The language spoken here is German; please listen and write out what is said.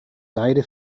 seide